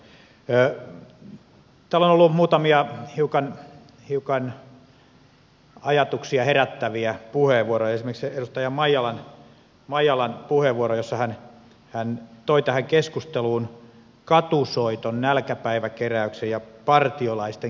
täällä on ollut muutamia hiukan ajatuksia herättäviä puheenvuoroja esimerkiksi edustaja maijalan puheenvuoro jossa hän toi tähän keskusteluun katusoiton nälkäpäivä keräyksen ja partiolaisten keräykset